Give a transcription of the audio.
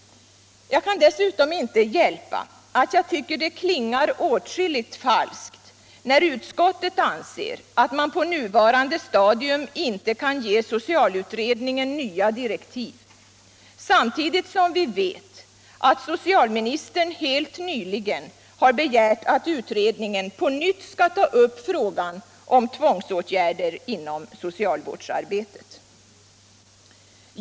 Jag kan dessutom inte hjälpa att jag tycker det klingar åtskilligt falskt när utskottet anser att man på nuvarande stadium inte kan ge socialutredningen nya direktiv, samtidigt som vi vet att socialministern helt nyligen har begärt att utredningen på nyvtt skall ta upp frågan om tvångsålgärder inom socialvårdsarbetet.